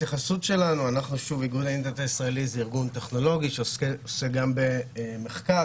איגוד האינטרנט הישראלי זה איגוד טכנולוגי שעוסק גם במחקר,